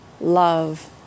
love